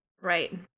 Right